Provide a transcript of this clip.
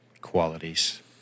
qualities